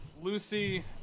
Lucy